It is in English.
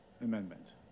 amendment